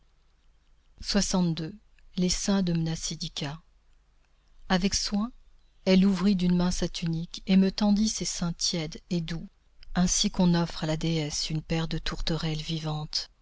les seins de mnasidika avec soin elle ouvrit d'une main sa tunique et me tendit ses seins tièdes et doux ainsi qu'on offre à la déesse une paire de tourterelles vivantes